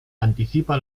anticipa